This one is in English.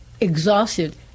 exhausted